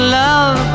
love